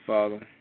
Father